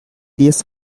days